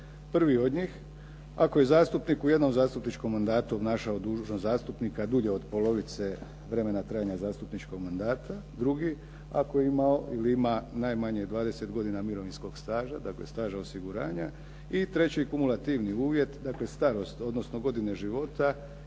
Prvi od njih, ako je zastupnik u jednom zastupničkom mandatu obnašao dužnost zastupnika dulje od polovice vremena trajanja zastupničkog mandata. Drugi, ako imao ili ima najmanje 20 godina mirovinskog staža, dakle staža osiguranja. I treće kumulativni uvjet, dakle starost, odnosno godine života